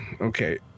Okay